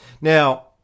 Now